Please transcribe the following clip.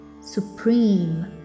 supreme